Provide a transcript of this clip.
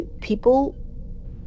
people